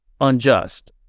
unjust